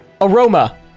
aroma